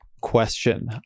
question